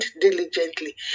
diligently